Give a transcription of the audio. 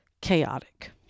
chaotic